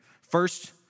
First